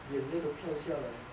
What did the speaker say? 眼泪都飘下来